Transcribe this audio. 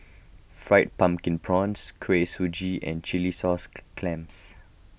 Fried Pumpkin Prawns Kuih Suji and Chilli Sauce Clams